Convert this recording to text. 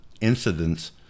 incidents